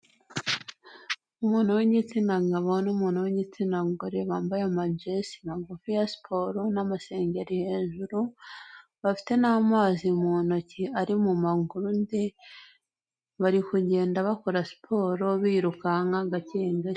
Umuntu w'igitsina gabo, n'umuntu w'igitsina gore, bambaye amajesi magufi ya siporo, n'amasengeri hejuru, bafite n'amazi mu ntoki ari mu magurude, bari kugenda bakora siporo birukanka gakegake.